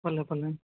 ભલે ભલે